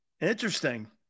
interesting